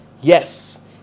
Yes